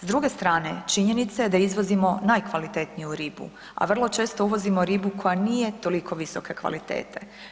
S druge strane, činjenica je da izvozimo najkvalitetniju ribu a vrlo često uvozimo ribu koja nije toliko visoke kvalitete.